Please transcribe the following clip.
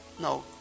No